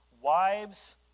wives